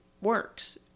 works